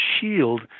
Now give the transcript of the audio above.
shield